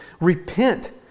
repent